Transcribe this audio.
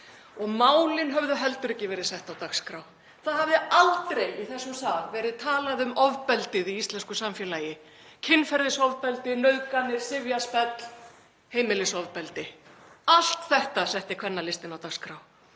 Málin höfðu heldur ekki verið sett á dagskrá. Það hafi aldrei í þessum sal verið talað um ofbeldið í íslensku samfélagi; kynferðisofbeldi, nauðganir, sifjaspell, heimilisofbeldi. Allt þetta setti Kvennalistinn á dagskrá.